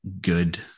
good